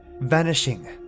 vanishing